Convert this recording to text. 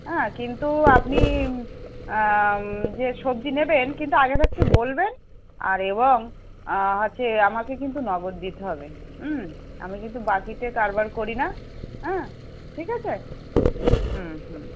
অ্যাঁ কিন্তু আপনি যে সবজি নেবেন কিন্তু আগে থাকতে বলবেন আর এবং হচ্ছে আমাকে কিন্তু নগদ দিতে হবে হুম আমি কিন্তু বাকিতে কারবার করি না অ্যাঁ ঠিক আছে হুম হুম